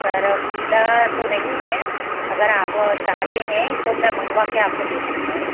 sir पीला तो नहीं है अगर आप चाहते है तो मैं मँगवा कर आपको दे सकता हूँ